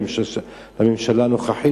הממשלה הנוכחית,